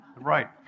right